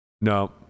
No